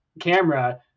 camera